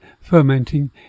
fermenting